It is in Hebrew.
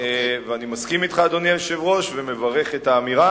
אני מסכים אתך, אדוני היושב-ראש, ומברך על האמירה.